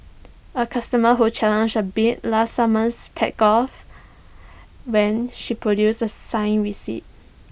A customer who challenged A bill last summer backed off when she produced A signed receipt